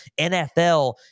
NFL